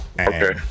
Okay